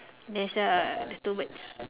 there is uh the two birds